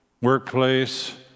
workplace